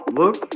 look